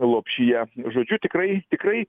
lopšyje žodžiu tikrai tikrai